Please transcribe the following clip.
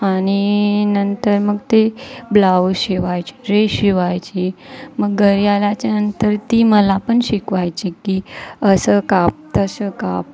आणि नंतर मग ते ब्लाऊज शिवायची ड्रेस शिवायची मग घरी आल्याच्यानंतर ती मला पण शिकवायची की असं काप तसं काप